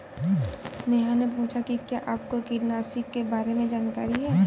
नेहा ने पूछा कि क्या आपको कीटनाशी के बारे में जानकारी है?